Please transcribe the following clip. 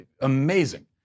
amazing